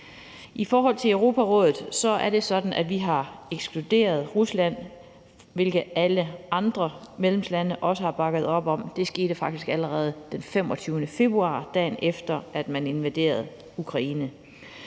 I forhold til Europarådet er det sådan, at vi har ekskluderet Rusland, hvilket alle andre medlemslande også har bakket op om. Det skete faktisk allerede den 25. februar, dagen efter man invaderede Ukraine.